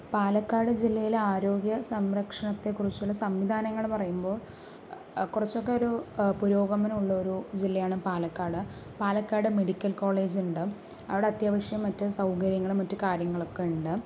പാലക്കാട് ജില്ലയിലെ ആരോഗ്യ സംരക്ഷണത്തെ കുറിച്ചുള്ള സംവിധാനങ്ങള് പറയുമ്പോൾ കുറച്ചൊക്കെ ഒരു പുരോഗമനം ഉള്ളൊരു ജില്ലയാണ് പാലക്കാട് പാലക്കാട് മെഡിക്കൽ കോളേജ് ഉണ്ട് അവിടെ അത്യാവിശ്യം മറ്റ് സൗകര്യങ്ങളും മറ്റ് കാര്യങ്ങളൊക്കെ ഉണ്ട്